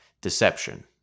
deception